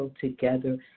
together